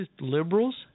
liberals